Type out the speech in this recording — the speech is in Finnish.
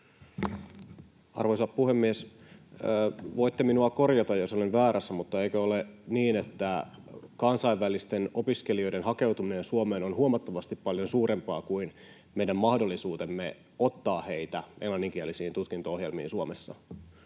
Arvoisa puhemies! Voitte minua korjata, jos olen väärässä, mutta eikö ole niin, että kansainvälisten opiskelijoiden hakeutuminen Suomeen on huomattavasti paljon suurempaa kuin meidän mahdollisuutemme ottaa heitä englanninkielisiin tutkinto-ohjelmiin Suomessa?